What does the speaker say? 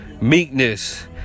Meekness